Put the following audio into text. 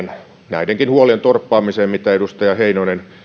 näidenkin huolien torppaamiseen mitä edustaja heinonen